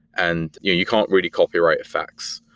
and you you can't really copyright facts.